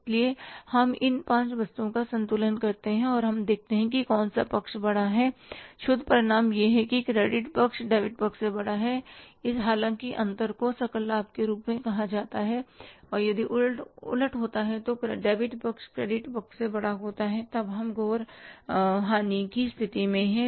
इसलिए हम इन पांच वस्तुओं को संतुलित करते हैं और हम देखते हैं कि कौन सा पक्ष बड़ा है शुद्ध परिणाम यह है कि क्रेडिट पक्ष डेबिट पक्ष से बड़ा है हालांकि अंतर को सकल लाभ के रूप में कहा जाता है और यदि उलट होता है कि डेबिट पक्ष क्रेडिट पक्ष से बड़ा है तब हम घोर हानि की स्थिति में हैं